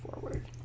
forward